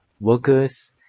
workers